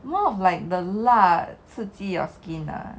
more of like the 辣刺激 your skin lah